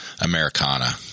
Americana